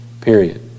Period